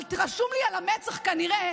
אבל רשום לי על המצח כנראה